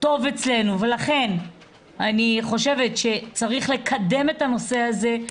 טוב אצלנו ולכן אני חושבת שצריך לקדם את הנושא הזה,